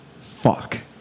Fuck